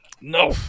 No